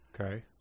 Okay